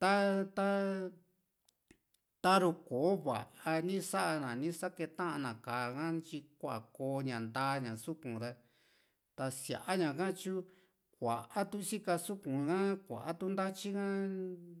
ta ta ta´ru kò´o va´a ni sana ni saketa na ka´a ntyi luaa koo ña ntaña suku´n ra tasia ñaka tyu kuaa tu sika suku´n a kua tu ntatyi ka